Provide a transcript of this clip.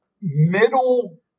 middle